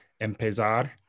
empezar